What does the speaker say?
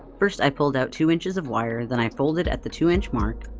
first i pulled out two inches of wire, then i folded at the two inch mark,